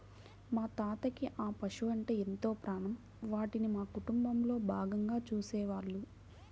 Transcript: మా తాతకి ఆ పశువలంటే ఎంతో ప్రాణం, వాటిని మా కుటుంబంలో భాగంగా చూసేవాళ్ళు